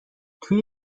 توی